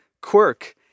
quirk